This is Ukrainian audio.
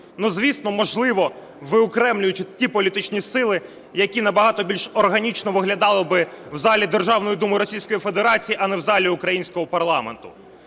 Звісно, можливо, виокремлюючи ті політичні сили, які на багато більш органічно виглядали би в залі Державної Думи Російської Федерації, а не в залі українського парламенту.